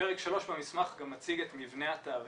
פרק 3 במסמך גם מציג את מבנה התעריף.